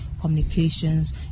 communications